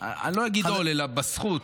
אני לא אגיד בעול אלא בזכות,